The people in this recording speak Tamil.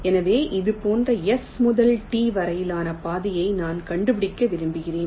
எனவே இது போன்ற S முதல் T வரையிலான பாதையை நான் கண்டுபிடிக்க விரும்புகிறேன்